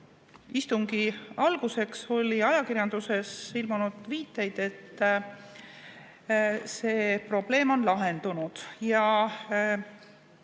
istungi alguseks oli ajakirjanduses ilmunud viiteid, et see probleem on lahendunud.